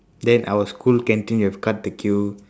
then our school canteen you have cut the queue